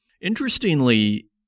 Interestingly